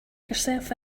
yourself